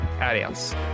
adios